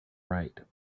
right